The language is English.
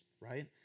right